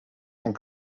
and